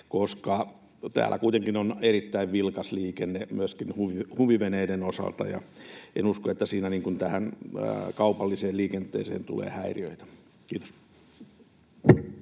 koska täällä kuitenkin on erittäin vilkas liikenne myöskin huviveneiden osalta, ja en usko, että siinä tähän kaupalliseen liikenteeseen tulee häiriöitä. — Kiitos.